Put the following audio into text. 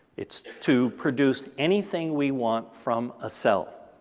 it's to produce anything we want from a cell.